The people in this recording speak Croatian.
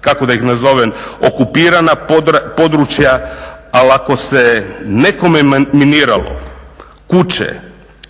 kako da ih nazovem, okupirana područja, ali ako se nekome minirala kuća